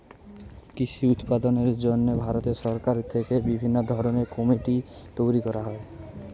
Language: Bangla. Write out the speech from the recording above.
কৃষি উৎপাদনের জন্য রাজ্য সরকার থেকে বিভিন্ন কমিটি তৈরি করা হয়